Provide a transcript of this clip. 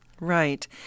Right